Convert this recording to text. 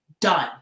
done